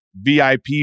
VIP